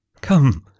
Come